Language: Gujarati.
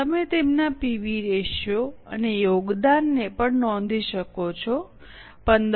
તમે તેમના પીવી રેશિયો અને યોગદાનને પણ નોંધી શકો છો 1522